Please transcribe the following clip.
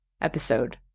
episode